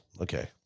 okay